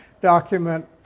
document